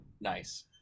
Nice